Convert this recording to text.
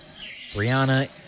Brianna